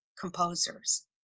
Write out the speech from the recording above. composers